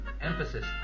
emphasis